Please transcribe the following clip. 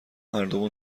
هردومون